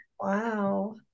Wow